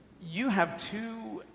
you have two